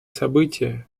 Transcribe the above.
события